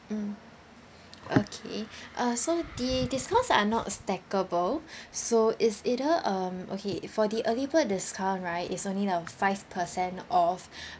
mm okay uh so the this cost are not stackable so is either um okay for the early bird this car right is only have five person off